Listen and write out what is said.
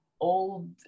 old